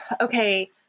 okay